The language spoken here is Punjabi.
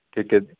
ਠੀਕ ਹੈ ਜੀ